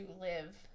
live